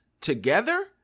together